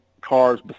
cars